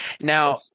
Now